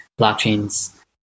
blockchains